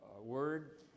word